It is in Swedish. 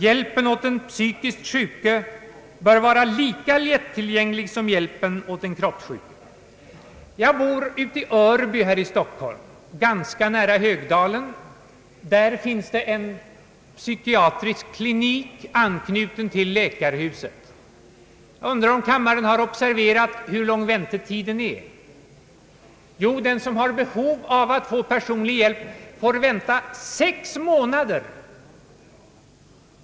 Hjälpen åt den psykiskt sjuke bör vara lika lättillgänglig som hjälpen åt den kroppssjuke. Jag bor ute i Örby här i Stockholm, ganska nära Högdalen, där det finns en psykiatrisk klinik anknuten till läkarhuset. Jag undrar om kammaren har observerat, hur långa väntetiderna är vid liknande kliniker? Jo, den som har behov av att få personlig hjälp får i Högdalen vänta sex månader.